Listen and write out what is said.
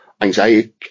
Anxiety